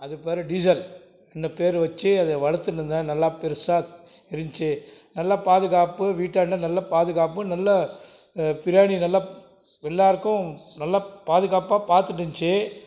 அது பேர் டீசல் அந்த பேரு வச்சு அதை வளர்த்துன்னுந்தேன் நல்லா பெருசாக இருந்துச்சு நல்லா பாதுகாப்பு வீட்டாண்ட நல்ல பாதுகாப்பு நல்ல பிராணி நல்லா எல்லார்க்கும் நல்லா பாதுகாப்பாக பார்த்துட்டுருந்துச்சு